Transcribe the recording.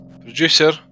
producer